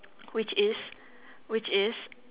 which is which is